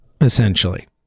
essentially